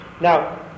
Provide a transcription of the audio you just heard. Now